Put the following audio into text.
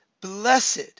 Blessed